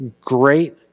great